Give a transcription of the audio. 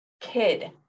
Kid